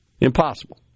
impossible